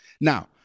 Now